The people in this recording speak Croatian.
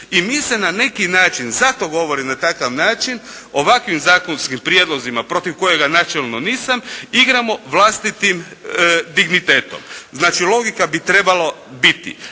I mi se na neki način, zato to govorim na takav način, ovakvim zakonskim prijedlozima protiv kojega načelno nisam, igramo vlastitim dignitetom. Znači, logika bi trebala biti,